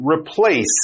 replace